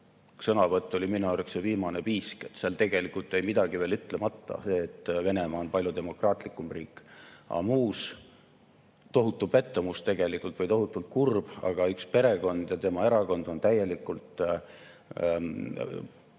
sõnavõtt oli minu arvates viimane piisk. Seal tegelikult jäi midagi veel ütlemata – see, et Venemaa on palju demokraatlikum riik. Aga muus: tohutu pettumus tegelikult või tohutult kurb, aga üks perekond ja tema erakond on täielikult kaotanud